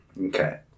Okay